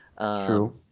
True